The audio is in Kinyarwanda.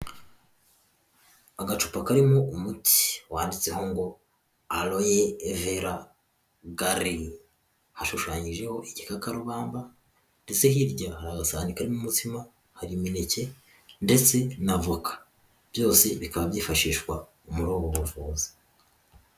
Agacupa karimo umuti wanditseho ngo aroye evera galeye, hashushanyijeho igikarubamba ndetse hirya hari agasahani karimo umutsima, hari imineke ndetse n'avoka byose bikaba byifashishwa mu buvuzi.